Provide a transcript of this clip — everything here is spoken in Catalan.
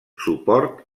suport